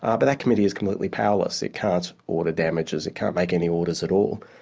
ah but that committee is completely powerless. it can't order damages, it can't make any orders at all,